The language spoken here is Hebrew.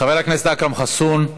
חבר הכנסת אכרם חסון,